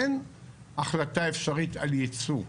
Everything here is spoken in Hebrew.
אין החלטה אפשרית על ייצוא.